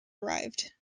arrived